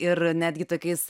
ir netgi tokiais